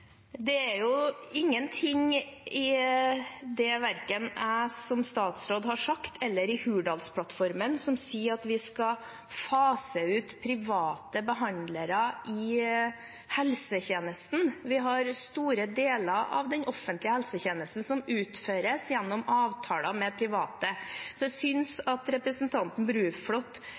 Det er jo ingenting verken i det jeg som statsråd har sagt, eller i Hurdalsplattformen, som sier at vi skal fase ut private behandlere i helsetjenesten. Vi har store deler av den offentlige helsetjenesten som utføres gjennom avtaler med private. Så jeg synes at representanten